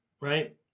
Right